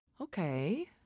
Okay